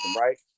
right